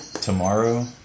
tomorrow